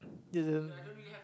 isn't